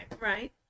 Right